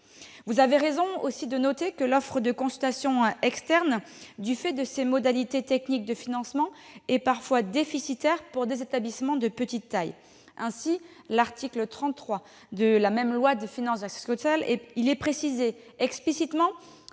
Vous avez raison de noter que l'offre de consultations externes, du fait de ses modalités techniques de financement, est parfois déficitaire pour des établissements de petite taille. Aussi l'article 33 de la loi de financement de la sécurité sociale pour 2020 précise-t-il explicitement